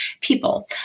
people